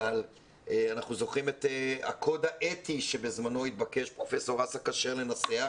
אבל אנחנו זוכרים את הקוד האתי שבזמנו התבקש פרופ' אסא כשר לנסח,